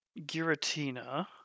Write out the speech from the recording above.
Giratina